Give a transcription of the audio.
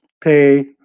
pay